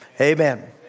Amen